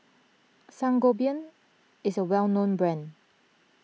Sangobion is a well known brand